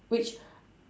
which